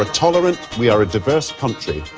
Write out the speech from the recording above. ah tolerant, we are diverse country,